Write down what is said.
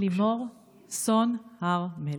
לימור סון הר מלך.